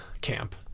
camp